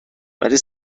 ولی